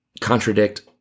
contradict